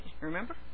remember